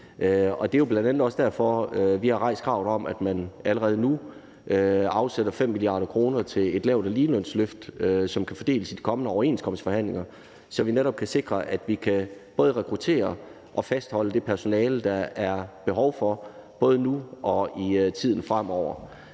også derfor, at vi har rejst kravet om, at man allerede nu afsætter 5 mia. kr. til et lavt- og ligelønsløft, som kan fordeles i de kommende overenskomstforhandlinger, så vi netop kan sikre, at vi både kan rekruttere og fastholde det personale, der er behov for, både nu og i tiden fremover.